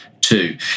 two